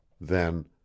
Then